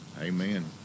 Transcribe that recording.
Amen